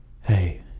Hey